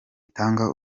itanga